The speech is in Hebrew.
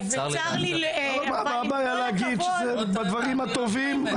מה הבעיה להגיד את הדברים הטובים?